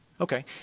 Okay